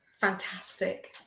Fantastic